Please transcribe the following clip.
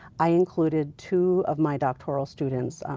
i included two of my doctoral students,